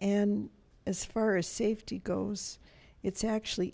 and as far as safety goes it's actually